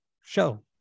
show